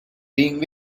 being